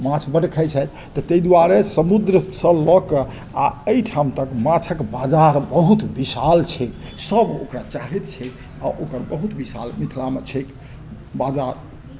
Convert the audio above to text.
माछ बड्ड खाइ छथि तऽ तै दुआरे समुद्रसँ लअ कऽ आओर अइ ठाम तक माछक बाजार बहुत विशाल छै सब ओकरा चाहैत छै आओर ओकर बहुत विशाल मिथिलामे छैक बाजार